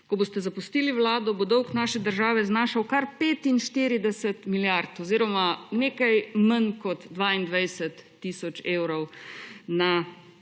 Ko boste zapustili Vlado, bo dolg naše države znašal kar 45 milijard oziroma nekaj manj kot 22 tisoč evrov na